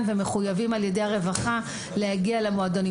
הם מחויבים על ידי הרווחה להגיע למועדונים,